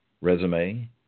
resume